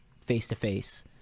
face-to-face